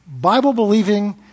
Bible-believing